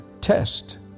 test